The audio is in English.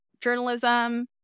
journalism